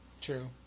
True